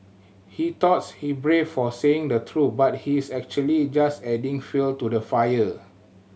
he thoughts he brave for saying the truth but he is actually just adding fuel to the fire